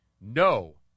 No